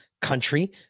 country